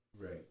Right